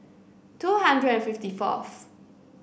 two hundred and fifty fourth